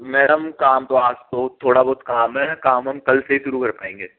madam काम तो आज तो थोड़ा बहुत काम है काम हम कल से ही शुरू कर पाएंगे